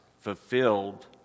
fulfilled